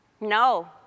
No